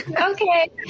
okay